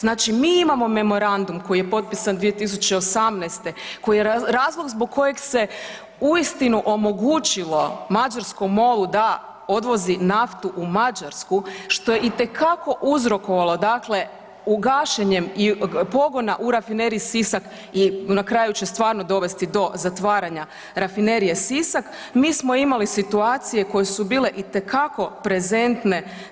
Znači mi imamo memorandum koji je potpisan 2018. koji je razlog zbog kojeg se uistinu omogućilo Mađarskom MOL-u da odvozi naftu u Mađarsku što je itekako uzrokovalo gašenjem pogona u Rafineriji Sisak i na kraju će stvarno dovesti do zatvaranja Rafinerije Sisak, mi smo imali situacije koje su bile itekako prezentne.